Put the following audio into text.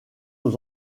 aux